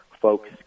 folks